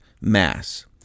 Mass